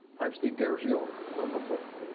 i'm steve garagiola, local four.